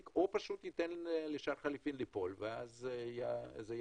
או פשוט ייתן לשער החליפין ליפול וזה יהרוג